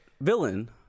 villain